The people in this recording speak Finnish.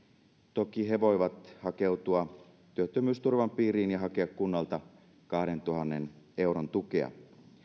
toki he voivat hakeutua työttömyysturvan piiriin ja hakea kunnalta kahdentuhannen euron tukea